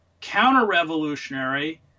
counter-revolutionary